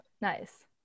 Nice